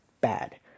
bad